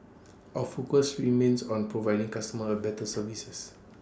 our focus remains on providing customers A better services